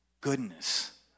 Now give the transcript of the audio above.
goodness